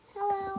Hello